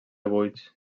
buits